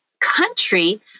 country